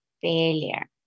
failure